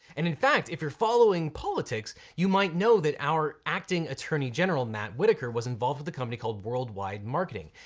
and in fact, if you're following politics, you might know that our acting attorney general, matt whitaker was involved with a company called world wide marketing,